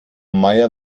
meier